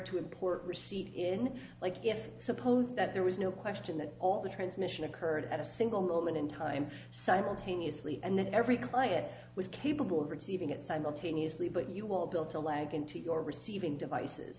to import receipt in like if suppose that there was no question that all the transmission occurred at a single moment in time simultaneously and that every client was capable of receiving it simultaneously but you will built a lag in to your receiving devices